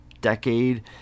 decade